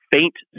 faint